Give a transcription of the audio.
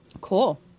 Cool